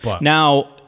Now